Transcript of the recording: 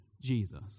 jesus